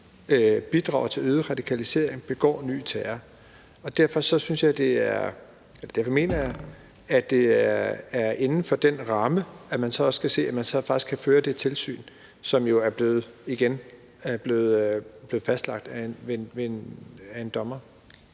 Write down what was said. bidrager til øget radikalisering og begår ny terror. Derfor mener jeg, at det er inden for den ramme, at man så også kan se, at man faktisk kan føre det tilsyn, som jo – igen – er blevet fastlagt af en dommer.